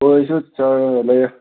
ꯍꯣꯏ ꯑꯩꯁꯨ ꯆꯥꯔꯒ ꯂꯩ